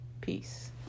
Peace